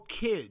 kids